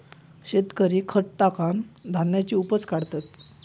शेतकरी खत टाकान धान्याची उपज काढतत